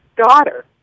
daughter